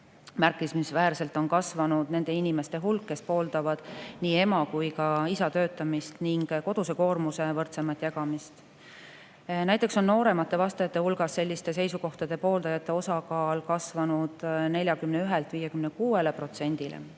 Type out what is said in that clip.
märkimisväärselt on kasvanud nende inimeste hulk, kes pooldavad nii ema kui ka isa töötamist ning koduse koormuse võrdsemat jagamist. Näiteks on nooremate vastajate hulgas selliste seisukohtade pooldajate osakaal kasvanud 41%‑lt